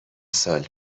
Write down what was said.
سال